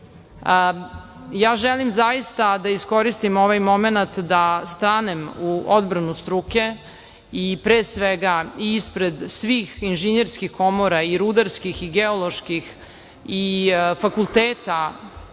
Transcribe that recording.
zaista da iskoristim ovaj momenat da stanem u odbranu struke i pre svega i ispred svih inženjerskih komora i rudarskih i geoloških i fakulteta